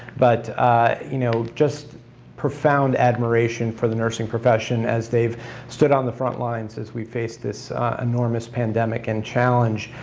but you know just profound admiration for the nursing profession as they've stood on the front lines as we face this enormous pandemic and challenge.